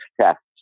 tests